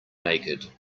naked